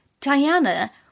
Diana